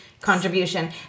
contribution